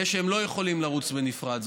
יהיה שהם לא יכולים לרוץ בנפרד,